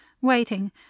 waiting